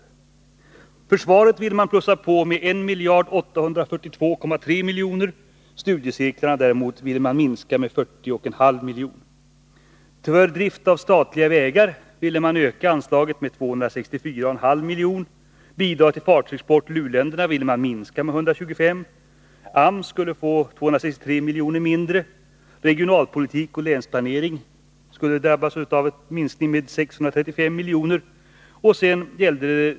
Anslaget till försvaret ville man plussa på med 1 842,3 miljoner. Anslagen till studiecirklarna ville man däremot minska med 40,5 miljoner. För drift av statliga vägar ville man öka anslaget med 264,5 miljoner, och bidraget till fartygsexport till u-länderna ville man minska med 125 miljoner. AMS skulle få 263 miljoner mindre, och regionalpolitik och länsplanering skulle drabbas av en minskning med 635 miljoner.